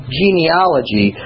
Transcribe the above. genealogy